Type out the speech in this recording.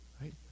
right